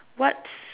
what's